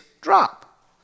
drop